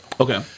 Okay